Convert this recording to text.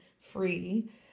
free